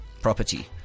property